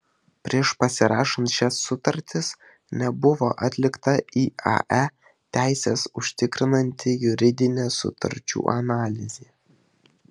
prieš pasirašant šias sutartis nebuvo atlikta iae teises užtikrinanti juridinė sutarčių analizė